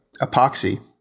epoxy